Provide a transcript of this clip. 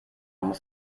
muss